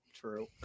true